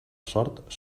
sort